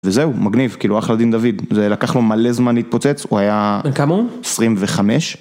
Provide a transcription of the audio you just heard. וזהו מגניב כאילו אחלה דין דוד זה לקח לו מלא זמן להתפוצץ הוא היה 25.